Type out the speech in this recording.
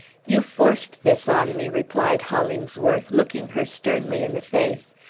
you forced this on me, replied hollingsworth, looking her sternly in the face.